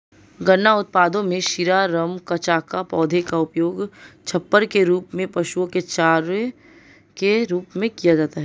गन्ना उत्पादों में शीरा, रम, कचाका, पौधे का उपयोग छप्पर के रूप में, पशुओं के चारे के रूप में किया जाता है